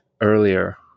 earlier